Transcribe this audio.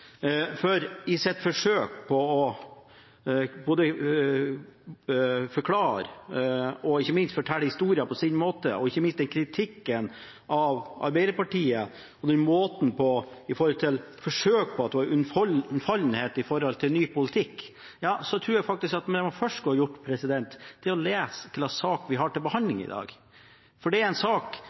For i sitt forsøk på både å forklare og fortelle historien på sin måte, og ikke minst i kritikken av Arbeiderpartiet – at det var unnfallenhet når det gjaldt ny politikk – tror jeg faktisk at det han først skulle gjort, var å lese hva slags sak vi har til behandling i dag. Det er en sak